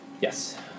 Yes